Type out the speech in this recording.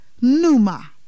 Numa